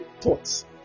thoughts